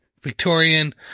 Victorian